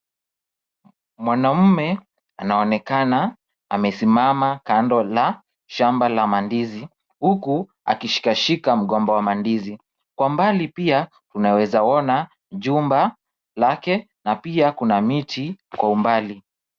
Mwanaume anaonekana amesimama kando ya shamba la mandizi huku akishikashika mgomba wa mandizi. Kwa mbali pia tunawezaona nyumba yake na pia kuna miti kwa umbali.